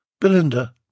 Belinda